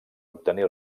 obtenir